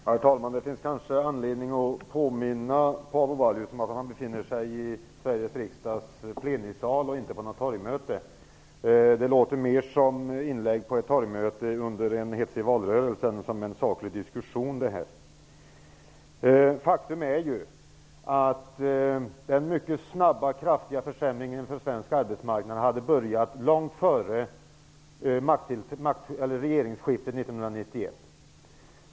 Herr talman! Det finns kanske anledning att påminna Paavo Vallius om att han befinner sig i Sveriges riksdags plenisal och inte på något torgmöte. Det låter mer som inlägg på ett torgmöte under en hetsig valrörelse än som en saklig diskussion. Faktum är ju att den mycket snabba och kraftiga försämringen för svensk arbetsmarknad hade börjat långt före regeringsskiftet 1991.